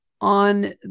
on